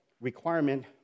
requirement